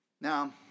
Now